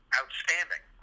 outstanding